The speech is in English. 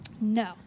No